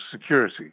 security